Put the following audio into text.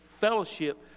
fellowship